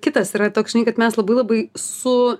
kitas yra toks žinai kad mes labai labai su